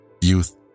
youth